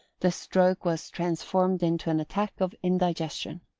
the stroke was transformed into an attack of indigestion.